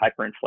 hyperinflation